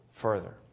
further